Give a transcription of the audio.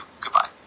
Goodbye